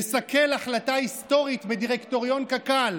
לסכל החלטה היסטורית בדירקטוריון קק"ל